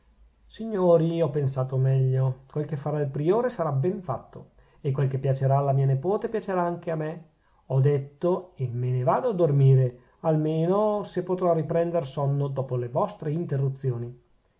signori ho pensato meglio quel che farà il priore sarà ben fatto e quel che piacerà alla mia nepote piacerà anche a me ho detto e me ne vado a dormire almeno se potrò riprender sonno dopo le vostre interruzioni